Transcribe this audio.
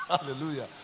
Hallelujah